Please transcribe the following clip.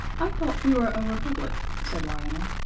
i thought we were a republic, said lionel.